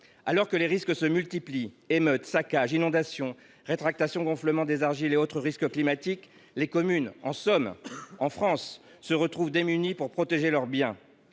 Alors que les risques se multiplient – émeutes, saccages, inondations, retrait gonflement des argiles et autres risques climatiques –, des communes, notamment dans la Somme, se retrouvent démunies pour protéger leurs biens.